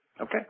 Okay